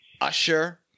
Usher